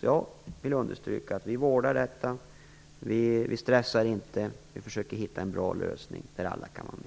Jag vill understryka att vi vårdar detta. Vi stressar inte. Vi försöker att hitta en bra lösning där alla kan vara med.